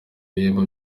ibihembo